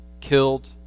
killed